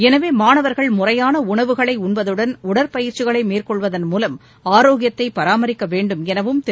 எனவே மாணவர்கள் முறையான உணவுகளை உண்பதுடன் உடற்பயிற்சிகளை மேற்கொள்வதன் மூலம் ஆரோக்கியத்தை பராமரிக்க வேண்டும் எனவும் திரு